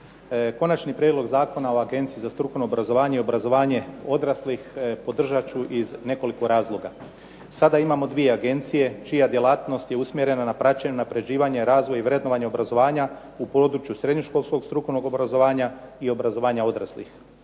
Konačni prijedlog Zakona o Agenciji za strukovno obrazovanje i obrazovanje odraslih podržat ću iz nekoliko razloga. Sada imamo dvije agencije čija djelatnost je usmjerena na praćenje i unapređivanje, razvoj i vrednovanje obrazovanja u području srednjoškolskog strukovnog obrazovanja i obrazovanja odraslih.